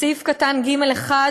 בסעיף קטן (ג)(1),